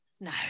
no